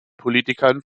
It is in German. politikern